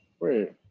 Wait